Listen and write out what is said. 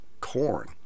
corn